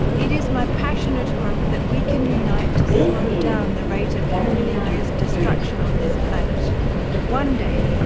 it is my passionate hope that we can unite to slow down the rate of human-induced destruction on this planet and, one day,